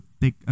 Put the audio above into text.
take